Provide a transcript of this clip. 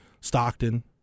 Stockton